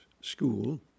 school